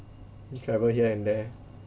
travel here and there